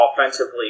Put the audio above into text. offensively